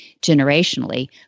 generationally